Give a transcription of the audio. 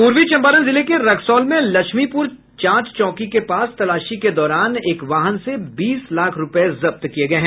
पूर्वी चंपारण जिले के रक्सौल में लक्ष्मीपुर जांच चौकी के पास तलाशी के दौरान एक वाहन से बीस लाख रूपये जब्त किये गये हैं